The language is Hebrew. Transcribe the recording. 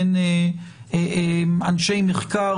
בין אנשי מחקר,